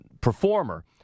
performer